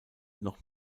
noch